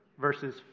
verses